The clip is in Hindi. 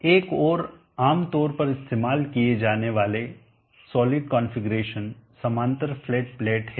एक और आमतौर पर इस्तेमाल किया जाने वाला सॉलिड कॉन्फ़िगरेशन समानांतर फ्लैट प्लेट है